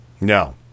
No